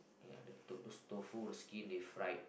yeah the those tofu skin they fried